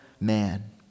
man